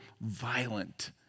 violent